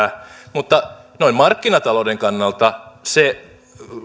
mutta noin markkinatalouden kannalta se